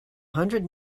hundred